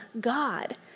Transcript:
God